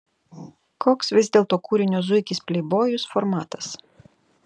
koks vis dėlto kūrinio zuikis pleibojus formatas